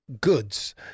goods